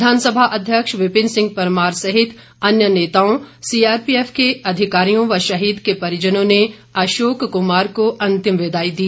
विधानसभा अध्यक्ष विपिन सिंह परमार सहित अन्य नेताओं सीआरपीएफ के अधिकारियों व शहीद के परिजनों ने अशोक कमार को अंतिम विदाई दी